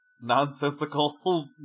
nonsensical